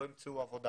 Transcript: לא ימצאו עבודה.